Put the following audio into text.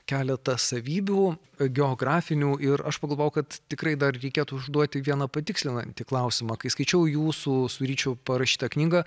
keletą savybių geografinių ir aš pagalvojau kad tikrai dar reikėtų užduoti vieną patikslinantį klausimą kai skaičiau jūsų su ryčiu parašytą knygą